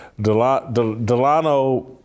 Delano